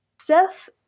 Seth